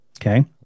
Okay